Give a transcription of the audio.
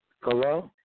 Hello